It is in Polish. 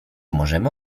możemy